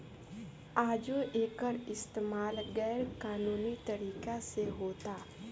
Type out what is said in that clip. आजो एकर इस्तमाल गैर कानूनी तरीका से होता